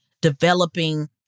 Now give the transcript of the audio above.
developing